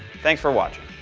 thanks for watching.